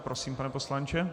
Prosím, pane poslanče.